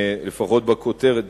לפחות בכותרת,